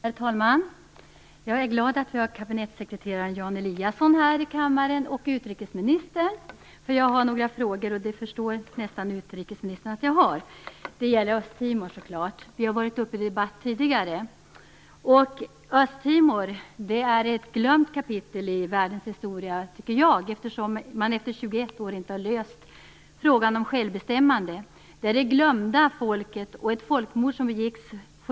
Herr talman! Jag är glad över att kabinettssekreterare Jan Eliasson och utrikesministern är här i kammaren. Jag har nämligen några frågor, vilket utrikesministern säkert förstår. De gäller Östtimor. Vi har debatterat detta tidigare. Östtimor är ett glömt kapitel i världens historia, tycker jag, eftersom man efter 21 år inte har löst frågan om självbestämmande. Det är det glömda folket.